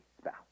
spouse